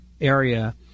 area